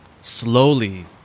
slowly